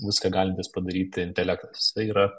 viską galintis padaryti intelektas jisai yra